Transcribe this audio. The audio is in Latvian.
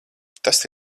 tas